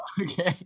okay